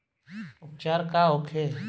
उपचार का होखे?